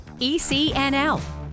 ECNL